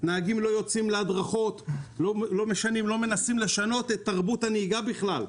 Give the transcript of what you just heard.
נהגים לא יוצאים להדרכות; לא מנסים לשנות את תרבות הנהיגה בכלל,